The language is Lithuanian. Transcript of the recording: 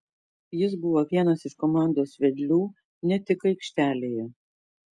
jis buvo vienas iš komandos vedlių ne tik aikštelėje